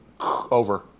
Over